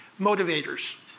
motivators